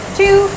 two